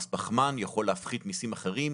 מס פחמן יכול להפחית מיסים אחרים.